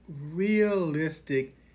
realistic